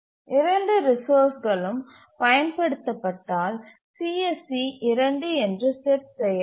இரண்டு ரிசோர்ஸ்களும் பயன் படுத்த பட்டால் CSC 2 என்று செட் செய்யப்படும்